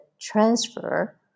transfer